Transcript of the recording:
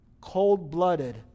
cold-blooded